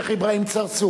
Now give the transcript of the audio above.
שיח' אברהים צרצור.